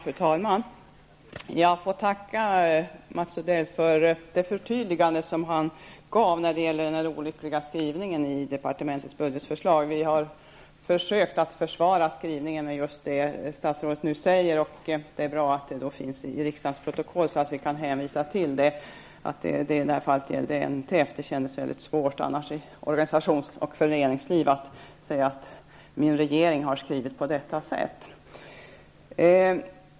Fru talman! Jag får tacka Mats Odell för det förtydligande han gav när det gäller denna olyckliga skrivning i departementets budgetförslag. Vi har försökt försvara skrivningen med just det som statsrådet säger. Det är bra att det finns i riksdagens protokoll, så att vi kan hänvisa till att det i detta fall gällde NTF. Det kändes svårt att i organisationsoch föreningsliv säga: Min regering har skrivit på detta sätt.